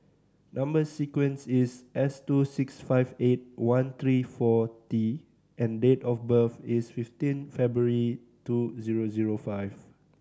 number sequence is S two six five eight one three four T and date of birth is fifteen February two zero zero five